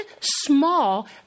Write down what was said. small